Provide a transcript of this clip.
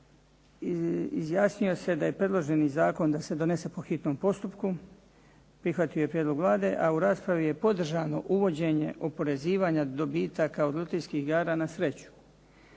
izjasnio se da se predloženi zakon da se donese po hitnom postupku. Prihvatio je prijedlog Vlade, a u raspravi je podržano uvođenje oporezivanja dobitaka od lutrijskih igara na sreću.